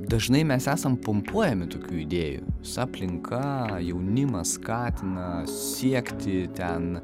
dažnai mes esam pumpuojami tokių idėjų visa aplinka jaunimą skatina siekti ten